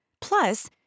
Plus